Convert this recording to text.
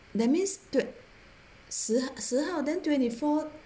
that means 十十号 then twenty four